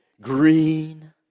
green